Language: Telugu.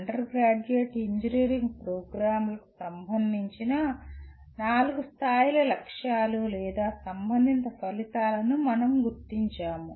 అండర్ గ్రాడ్యుయేట్ ఇంజనీరింగ్ ప్రోగ్రామ్లకు సంబంధించిన నాలుగు స్థాయిల లక్ష్యాలు లేదా సంబంధిత ఫలితాలను మనం గుర్తించాము